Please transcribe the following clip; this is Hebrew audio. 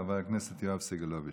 חבר הכנסת יואב סגלוביץ'.